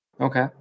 Okay